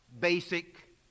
basic